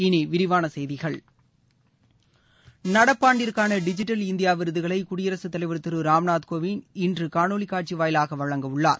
இனி விரிவான செய்திகள் நடப்பாண்டிற்கான டிஜிட்டல் இந்தியா விருதுகளை குடியரசுத்தலைவா் திரு ராம்நாத் கோவிந்த் இன்று காணொளி காட்சி வாயிலாக வழங்க உள்ளார்